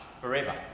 forever